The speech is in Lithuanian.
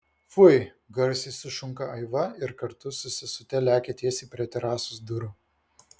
fui garsiai sušunka aiva ir kartu su sesute lekia tiesiai prie terasos durų